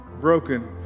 broken